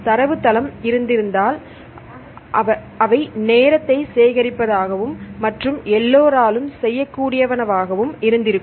எனவே தரவுத்தளம் இருந்திருந்தால் அவை நேரத்தை சேகரிப்பதுயாகவும் மற்றும் எல்லோராலும் செய்யக்கூடியவனாகவும் இருந்திருக்கும்